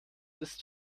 ist